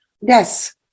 Yes